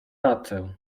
tacę